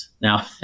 Now